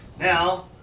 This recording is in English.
Now